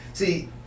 See